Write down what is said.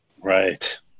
right